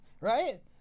right